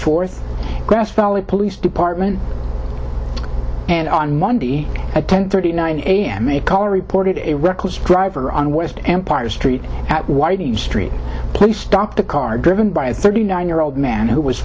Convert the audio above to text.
fourth grass valley police department and on monday at ten thirty nine a m a caller reported a reckless driver on west empire street at whiting street please stop the car driven by a thirty nine year old man who was